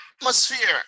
atmosphere